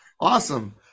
Awesome